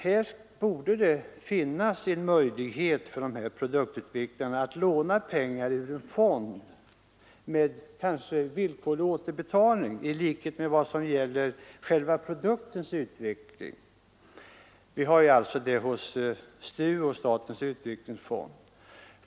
Här borde det finnas en möjlighet för produktutvecklarna att låna pengar ur en fond, kanske med villkorlig återbetalning, i likhet med vad som gäller för själva produktens utveckling. Till det ändamålet har man möjlighet att låna hos STU och statens utvecklingsfond.